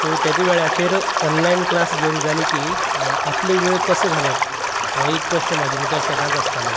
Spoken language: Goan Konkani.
सो तेदे वेळाचेर ऑनलायन क्लास घेवन जाली की आपणे वेळ कसो घालप हो एक प्रस्न म्हाजे मुखार सदांच आसतलो